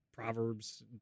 Proverbs